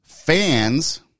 Fans